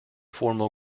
formal